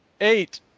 eight